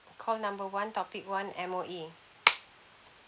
call number one topic one M_O_E